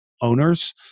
owners